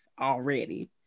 already